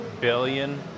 billion